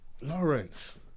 Lawrence